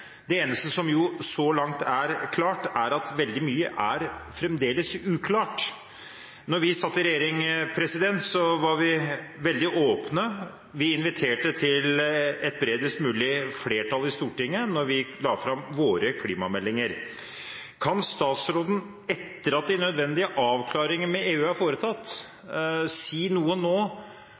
Det eneste som så langt er klart, er at veldig mye fremdeles er uklart. Da vi satt i regjering, var vi veldig åpne, vi inviterte til et bredest mulig flertall i Stortinget da vi la fram våre klimameldinger. Kan statsråden si noe nå om hun etter at de nødvendige avklaringer med EU er foretatt, har